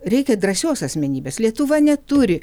reikia drąsios asmenybės lietuva neturi